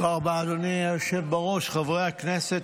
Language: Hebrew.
תודה רבה, אדוני היושב בראש, חברי הכנסת.